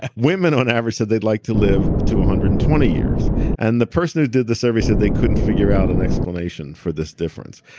and women on average said they'd like to live to one ah hundred and twenty years and the person who did the survey said they couldn't figure out an explanation for this difference?